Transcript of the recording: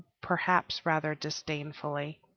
perhaps rather disdainfully.